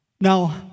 Now